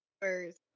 first